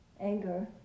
anger